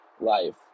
life